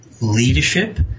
leadership